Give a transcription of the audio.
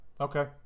Okay